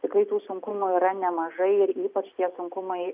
tikrai tų sunkumų yra nemažai ir ypač tie sunkumai